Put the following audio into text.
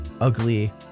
ugly